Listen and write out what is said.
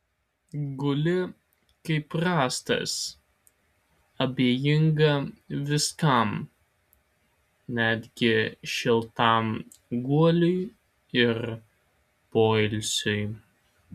guli kaip rąstas abejinga viskam netgi šiltam guoliui ir poilsiui